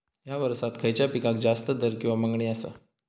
हया वर्सात खइच्या पिकाक जास्त दर किंवा मागणी आसा?